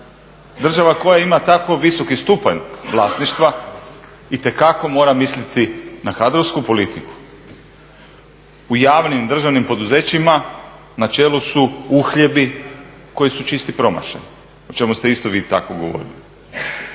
Država koja ima tako visoki stupanj vlasništva itekako mora misliti na kadrovsku politiku. U javni državnim poduzećima na čelu su uhljebi koji su čisti promašaj o čemu ste isto vi tako govorili.